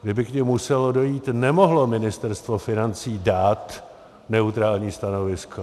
Kdyby k nim muselo dojít, nemohlo Ministerstvo financí dát neutrální stanovisko.